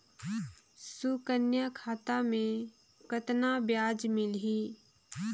सुकन्या खाता मे कतना ब्याज मिलही?